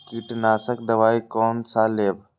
कीट नाशक दवाई कोन सा लेब?